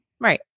Right